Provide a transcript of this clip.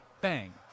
bang